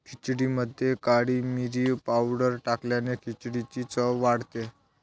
खिचडीमध्ये काळी मिरी पावडर टाकल्याने खिचडीची चव वाढते